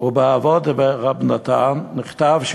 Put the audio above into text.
ובאבות דרבי נתן נכתב,